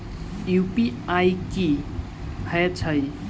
UPI की हएत छई?